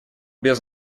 без